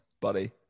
buddy